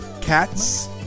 Cats